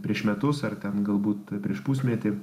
prieš metus ar ten galbūt prieš pusmetį